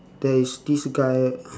there is this guy